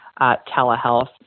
telehealth